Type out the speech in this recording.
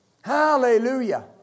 Hallelujah